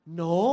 no